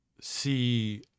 see